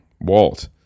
Walt